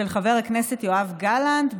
של חבר הכנסת יואב גלנט,